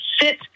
sit